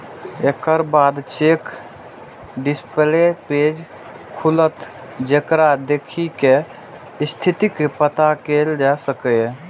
एकर बाद check display page खुलत, जेकरा देखि कें स्थितिक पता कैल जा सकैए